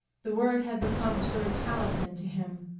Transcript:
the word had become a sort of talisman to him,